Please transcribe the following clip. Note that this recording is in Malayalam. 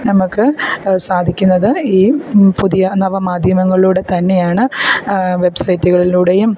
നമുക്ക് സാധിക്കുന്നത് ഈ പുതിയ നവമാധ്യമങ്ങളിലൂടെ തന്നെയാണ് വെബ്സൈറ്റുകളിലൂടെയും